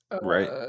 Right